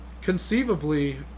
Conceivably